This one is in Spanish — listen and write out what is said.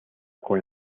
con